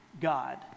God